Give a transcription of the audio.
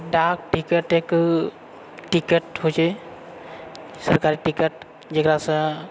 डाक टिकट एक टिकट होइत छै सरकारी टिकट जेकरासँ